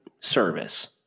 service